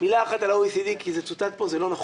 מילה אחת על ה-OECD, כי זה צוטט פה, זה לא נכון.